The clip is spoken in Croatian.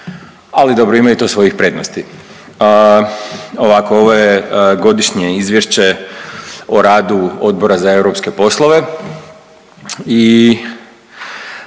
ali dobro. Ima i to svojih prednosti. Ovako, ovo je godišnje izvješće o radu Odbora za Europske poslove